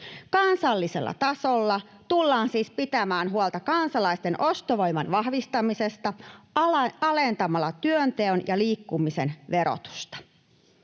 Kansallisella tasolla tullaan siis pitämään huolta kansalaisten ostovoiman vahvistamisesta alentamalla työnteon ja liikkumisen verotusta.